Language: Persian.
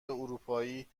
اروپایی